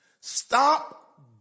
Stop